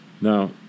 Now